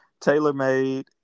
TaylorMade